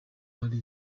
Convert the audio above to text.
hari